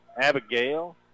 Abigail